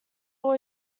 all